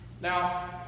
Now